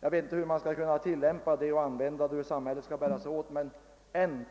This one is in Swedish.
Jag vet inte hur man skall bära sig åt för att få det ordet tillämpat i samhället, men